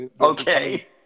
Okay